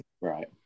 Right